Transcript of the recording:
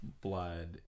blood